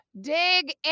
dig